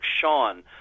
Sean